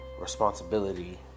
responsibility